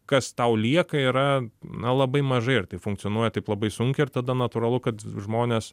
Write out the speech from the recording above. kas tau lieka yra na labai mažai ir tai funkcionuoja taip labai sunkiai ir tada natūralu kad žmonės